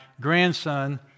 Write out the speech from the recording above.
grandson